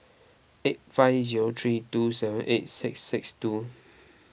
eight five zero three two seven eight six six two